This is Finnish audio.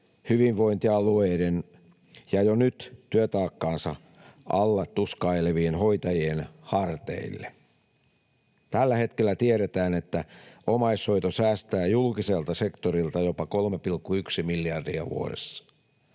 hyvinvointialueiden ja jo nyt työtaakkansa alla tuskailevien hoitajien harteille? Tällä hetkellä tiedetään, että omaishoito säästää julkiselta sektorilta jopa 3,1 miljardia vuodessa.